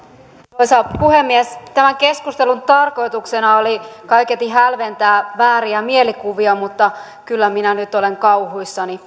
arvoisa puhemies tämän keskustelun tarkoituksena oli kaiketi hälventää vääriä mielikuvia mutta kyllä minä nyt olen kauhuissani